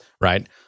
right